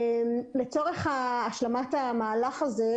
לצורך השלמת המהלך הזה,